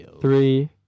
three